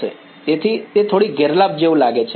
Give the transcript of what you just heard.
તેથી તે થોડી ગેરલાભ જેવું લાગે છે